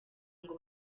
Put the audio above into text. ngo